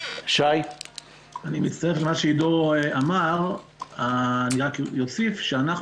אני מצטרף למה שאמר עידו אני רק אוסיף שאנחנו